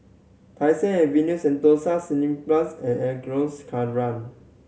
Tai Seng Avenue Sentosa Cineblast and